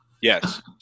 Yes